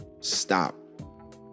stop